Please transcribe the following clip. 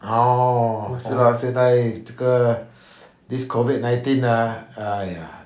orh 是 lor 现在这个 this COVID nineteen ah !aiya!